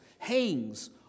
hangs